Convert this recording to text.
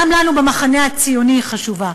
גם לנו במחנה הציוני היא חשובה,